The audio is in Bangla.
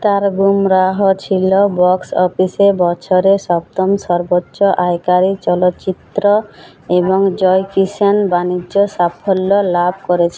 তার গুমরাহ ছিলো বক্স অফিসে বছরে সপ্তম সর্বোচ্চ আয়কারী চলচ্চিত্র এবং জয় কিষাণ বাণিজ্য সাফল্য লাভ করেছ্